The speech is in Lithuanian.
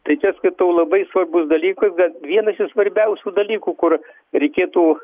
tai čia skaitau labai svarbus dalykas bet vienas iš svarbiausių dalykų kur reikėtų